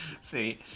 See